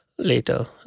Later